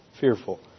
fearful